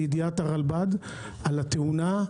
לידיעת הרלב"ד על התאונה,